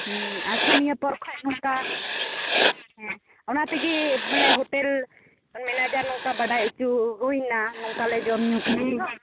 ᱟᱪᱪᱷᱟ ᱱᱤᱭᱟᱹᱯᱚᱨ ᱠᱷᱚᱡ ᱚᱱᱠᱟ ᱚᱱᱟᱛᱮᱜᱮ ᱢᱟᱱᱮ ᱦᱳᱴᱮᱞ ᱢᱮᱱᱮᱡᱟᱨ ᱱᱚᱝᱠᱟ ᱵᱟᱰᱟᱭ ᱦᱚᱪᱚ ᱦᱩᱭᱱᱟ ᱱᱚᱝᱠᱟᱞᱮ ᱡᱚᱢ ᱧᱩ